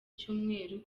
cyumweru